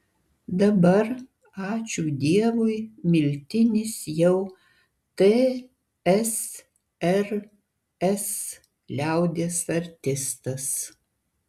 dabar ačiū dievui miltinis jau tsrs liaudies artistas